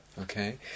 Okay